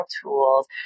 tools